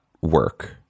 work